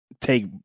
take